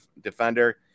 defender